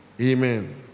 Amen